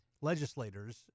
legislators